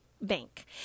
bank